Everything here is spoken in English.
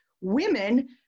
women